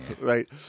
Right